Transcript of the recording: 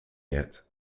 yet